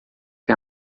que